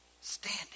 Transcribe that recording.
standing